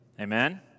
Amen